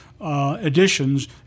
additions